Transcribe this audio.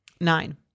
Nine